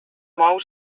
mou